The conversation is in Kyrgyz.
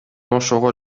ошого